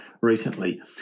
recently